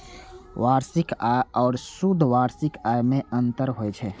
वार्षिक आय आ शुद्ध वार्षिक आय मे अंतर होइ छै